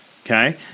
Okay